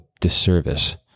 disservice